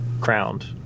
crowned